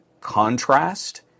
contrast